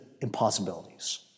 impossibilities